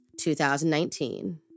2019